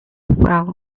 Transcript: well—i